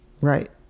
Right